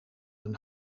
hun